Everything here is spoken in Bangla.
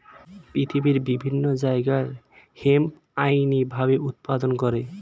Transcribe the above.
পৃথিবীর বিভিন্ন জায়গায় হেম্প আইনি ভাবে উৎপাদন করে